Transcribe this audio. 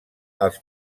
els